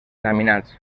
laminats